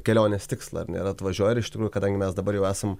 kelionės tikslą ar ne ir atvažiuoja ir iš tikrųjų kadangi mes dabar jau esam